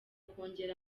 kongera